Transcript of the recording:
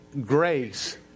grace